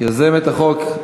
יוזמת החוק,